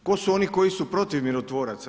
Tko su oni koji su protiv mirotvoraca?